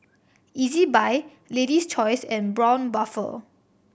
Ezbuy Lady's Choice and Braun Buffel